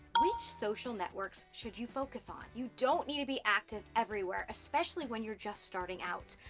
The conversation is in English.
which social networks should you focus on. you don't need to be active everywhere, especially when you're just starting out.